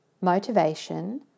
motivation